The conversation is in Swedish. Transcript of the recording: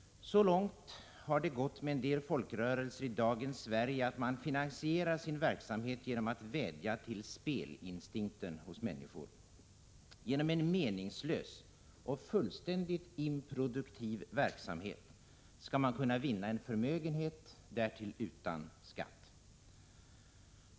Så långt har det gått med en del folkrörelser i dagens Sverige att man finansierar sin verksamhet genom att vädja till spelinstinkten hos människor. Genom en meningslös och fullständigt improduktiv verksamhet skall man kunna vinna en förmögenhet, därtill utan skatt.